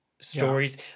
stories